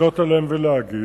לפנות אליהם ולהגיד: